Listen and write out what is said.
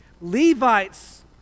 levites